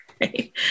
Right